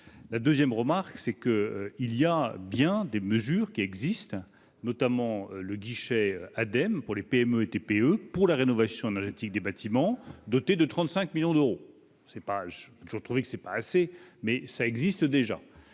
la 2ème remarque c'est que il y a bien des mesures qui existent notamment le guichet Adem pour les PME et TPE pour la rénovation énergétique des bâtiments dotés de 35 millions d'euros, c'est pages, je trouvais que ce n'est pas assez mais ça existe déjà